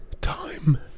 Time